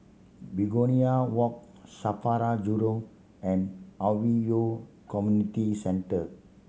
Begonia Walk SAFRA Jurong and Hwi Yoh Community Centre